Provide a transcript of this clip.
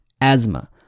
asthma